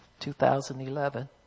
2011